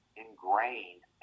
ingrained